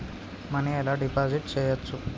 Money ఎలా deposit చేయచ్చు?